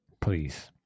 Please